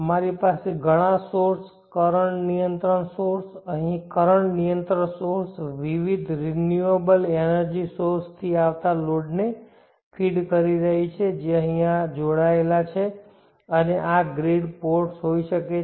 મારી પાસે ઘણા સોર્સ કરંટ નિયંત્રણ સોર્સ અહીં કરંટ નિયંત્રણ સોર્સ વિવિધ રિન્યુઅલ એનર્જી સોર્સ થી આવતા લોડ ને ફીડ કરી રહી છે જે અહીંયા જોડાયેલા છે અને આ ગ્રીડ પોર્ટ્સ હોઈ શકે છે